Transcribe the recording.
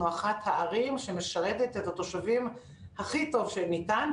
אחת הערים שמשרתת את התושבים הכי טוב שניתן,